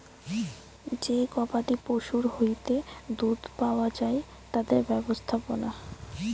যে গবাদি পশুর হইতে দুধ পাওয়া যায় তাদের ব্যবস্থাপনা